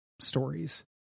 stories